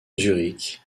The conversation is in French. zurich